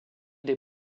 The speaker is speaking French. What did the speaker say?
des